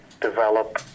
develop